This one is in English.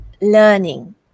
learning